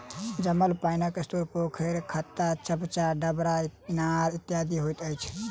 जमल पाइनक स्रोत पोखैर, खत्ता, चभच्चा, डबरा, इनार इत्यादि होइत अछि